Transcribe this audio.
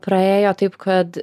praėjo taip kad